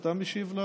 אתה משיב?